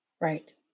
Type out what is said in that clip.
right